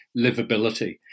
livability